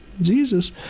Jesus